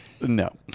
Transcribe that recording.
No